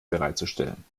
bereitzustellen